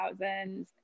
2000s